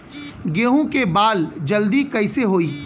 गेहूँ के बाल जल्दी कईसे होई?